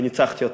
וניצחתי אותו.